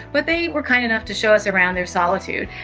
but they were kind enough to show us around their solitude.